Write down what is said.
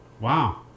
Wow